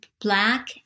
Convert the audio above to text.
black